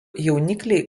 jaunikliai